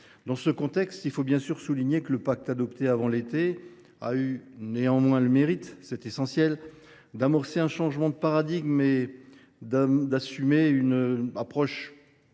Dans ce contexte, il faut souligner que le pacte adopté avant l’été a néanmoins eu le mérite – c’est essentiel !– d’amorcer un changement de paradigme et d’assumer une approche